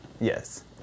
Yes